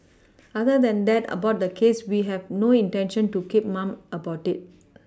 other than that about the case we have no intention to keep mum about it